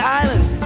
island